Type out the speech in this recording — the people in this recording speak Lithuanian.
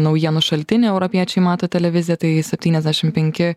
naujienų šaltinį europiečiai mato televiziją tai septyniasdešim penki